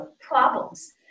problems